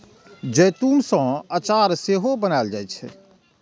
जैतून सं अचार सेहो बनाएल जाइ छै